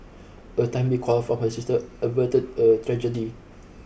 a timely call from her sister averted a tragedy